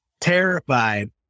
terrified